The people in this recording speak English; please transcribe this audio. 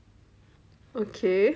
ok